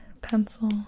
pencil